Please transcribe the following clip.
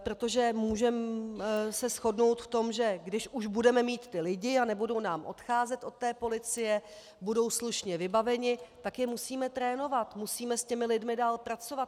Protože můžeme se shodnout v tom, že když už budeme mít lidi a nebudou nám odcházet od policie, budou slušně vybaveni, tak je musíme trénovat, musíme s těmi lidmi dál pracovat.